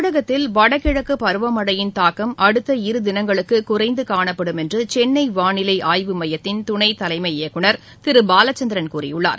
தமிழகத்தில் வடகிழக்கு பருவமழையின் தாக்கம் அடுத்த இரு திளங்களுக்கு குறைந்து காணப்படும் என்று சென்னை வானிலை ஆய்வு மையத்தின் துணை தலைமை இயக்குளர் திரு பாலச்சந்திரன் கூறியுள்ளார்